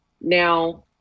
now